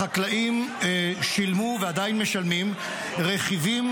החקלאים שילמו ועדיין משלמים רכיבים